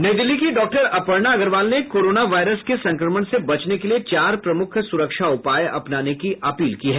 नई दिल्ली की डॉक्टर अपर्णा अग्रवाल ने कोरोना वायरस के संक्रमण से बचने के लिए चार प्रमुख सुरक्षा उपाय अपनाने की अपील की है